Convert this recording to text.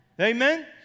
Amen